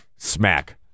Smack